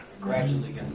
Gradually